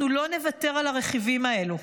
אנחנו לא נוותר על הרכיבים האלו.